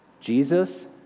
Jesus